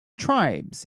tribes